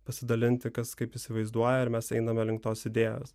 pasidalinti kas kaip įsivaizduoja ar mes einame link tos idėjos